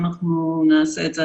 אנחנו נעשה את זה.